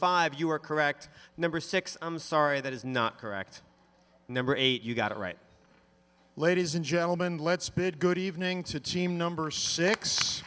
five you are correct number six i'm sorry that is not correct number eight you got it right ladies and gentlemen let's bid good evening to team number six